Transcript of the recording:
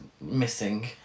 missing